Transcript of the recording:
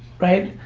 right?